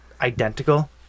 identical